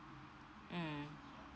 mm